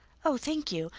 oh, thank you.